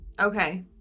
Okay